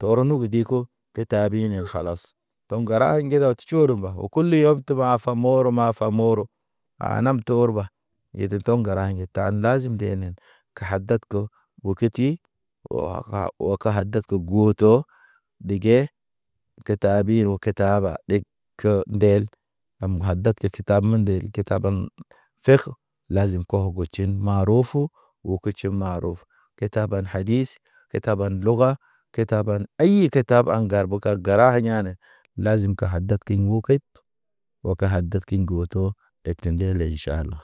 Toronu ke diko ke taabi ne kalas. Toŋ gəra njeda daw tʃuru mba kulu yɔm te ɓa fa moro fa moro. Aan nam to orba, yede to gəra ŋge ta ndazim ndenen. Ka hadad ko o keti, o haka, o haka ke hadad ke gohoto. Ɗige ke taabi ro ke tahaba ɗeg, ke ndel kem hadad ke te taba ndel ke taban. Fekə lazim kɔwɔ bo tʃen ma rofu, o tʃi ma ro ke taban hadis ke taban loga ke taban. Ayi ke tab aŋ bukar gəra yane, lazim ke hadad keɲ woket. Woke hadad kiɲ ŋgoto eti ndele jala.